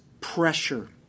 pressure